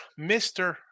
Mr